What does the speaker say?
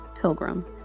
Pilgrim